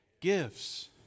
Gifts